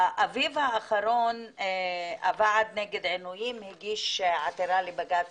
באביב האחרון הוועד נגד עינויים הגיש עתירה לבג"צ